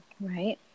right